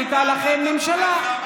הייתה לכם ממשלה,